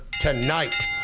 tonight